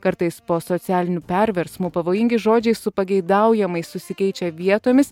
kartais po socialinių perversmų pavojingi žodžiai su pageidaujamais susikeičia vietomis